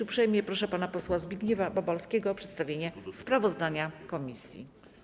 Uprzejmie proszę pana posła Zbigniewa Babalskiego o przedstawienie sprawozdania komisji.